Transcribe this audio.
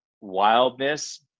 wildness